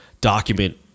document